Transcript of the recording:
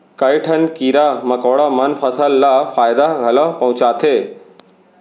कई ठन कीरा मकोड़ा मन फसल ल फायदा घलौ पहुँचाथें